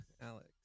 Alex